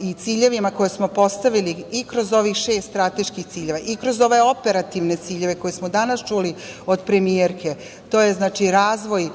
i ciljevima koje smo postavili i kroz ovih šest strateških ciljeva i kroz ove operativne ciljeve, koje smo danas čuli od premijerke, to je znači razvoj